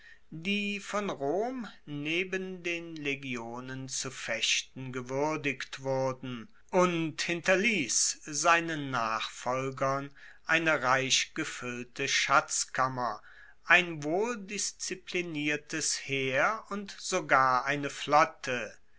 die von rom neben den legionen zu fechten gewuerdigt wurden und hinterliess seinen nachfolgern eine reich gefuellte schatzkammer ein wohldiszipliniertes heer und sogar eine flotte